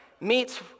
meets